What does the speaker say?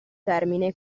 termine